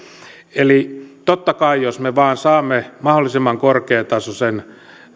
eli totta kai jos me vain saamme mahdollisimman korkeatasoisen tapaamisen